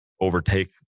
overtake